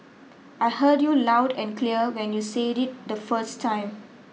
I heard you loud and clear when you said it the first time